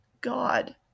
God